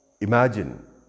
Imagine